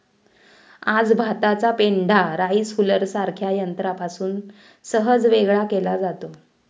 आज भाताचा पेंढा राईस हुलरसारख्या यंत्रापासून सहज वेगळा केला जातो